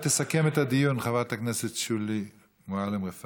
תסכם את הדיון חברת הכנסת שולי מועלם-רפאלי.